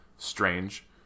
Strange